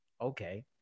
okay